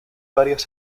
varias